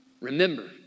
Remember